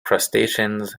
crustaceans